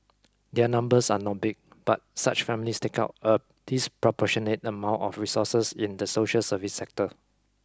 their numbers are not big but such families take out a disproportionate amount of resources in the social service sector